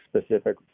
specific